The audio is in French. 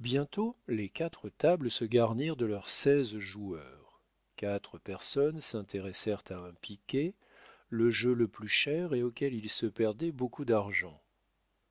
bientôt les quatre tables se garnirent de leurs seize joueurs quatre personnes s'intéressèrent à un piquet le jeu le plus cher et auquel il se perdait beaucoup d'argent